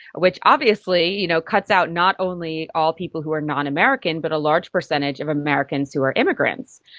which obviously you know cuts out not only all people who are non-american but a large percentage of americans who are immigrants.